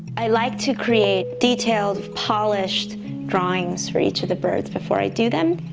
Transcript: i like to create detailed, polished drawings for each of the birds before i do them.